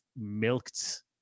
milked